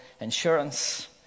insurance